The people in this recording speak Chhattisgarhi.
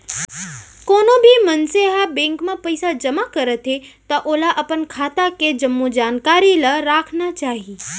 कोनो भी मनसे ह बेंक म पइसा जमा करत हे त ओला अपन खाता के के जम्मो जानकारी ल राखना चाही